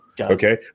Okay